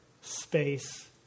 space